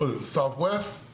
southwest